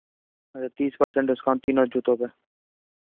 अच्छा तीस percent discount तीनों जूतों पर